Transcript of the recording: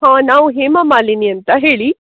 ಹಾಂ ನಾವು ಹೇಮಮಾಲಿನಿ ಅಂತ ಹೇಳಿ